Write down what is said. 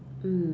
mm